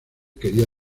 quería